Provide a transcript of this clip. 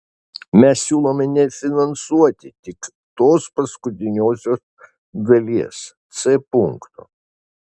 mes siūlome nefinansuoti tik tos paskutiniosios dalies c punkto